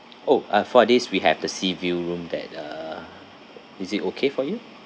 oh ah for this we have the sea view room that uh is it okay for you